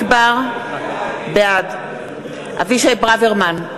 בעד אבישי ברוורמן,